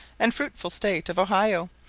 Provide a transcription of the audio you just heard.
and fruitful state of ohio,